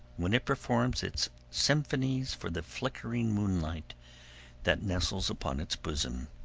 when it performs its symphonies for the flickering moonlight that nestles upon its bosom,